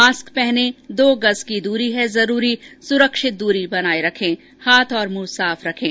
mask पहनें दो गज़ की दूरी है जरूरी सुरक्षित दूरी बनाए रखें हाथ और मुंह साफ रखें